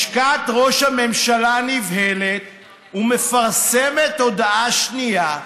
לשכת ראש הממשלה נבהלת ומפרסמת הודעה שנייה,